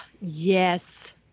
Yes